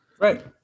Right